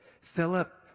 Philip